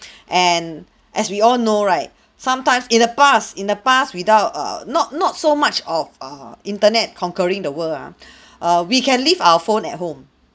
and as we all know right sometimes in the past in the past without err not not so much of err internet conquering the world ah err we can leave our phone at home